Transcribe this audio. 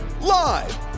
Live